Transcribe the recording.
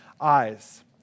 eyes